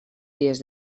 dies